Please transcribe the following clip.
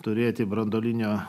turėti branduolinio